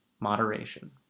moderation